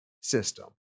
system